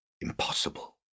impossible